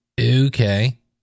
okay